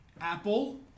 Apple